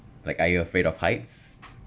like are you afraid of heights